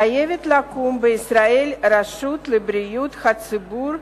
חייבת לקום בישראל רשות לבריאות הציבור,